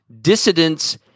dissidents